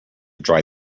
dry